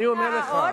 אני אומר לך.